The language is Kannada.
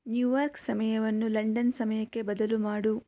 ನ್ಯೂಆರ್ಕ್ ಸಮಯವನ್ನು ಲಂಡನ್ ಸಮಯಕ್ಕೆ ಬದಲು ಮಾಡು